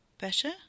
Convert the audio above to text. Better